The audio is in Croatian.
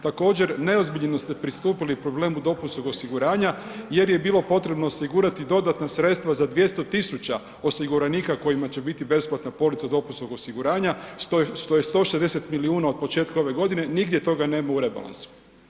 Također, neozbiljno ste pristupili problemu dopunskog osiguranja jer je bilo potrebno osigurati dodatna sredstva za 200 000 osiguranika kojima će biti besplatna polica dopunskog osiguranja što je 160 milijuna od početka ove godine, nigdje toga nema u rebalansu.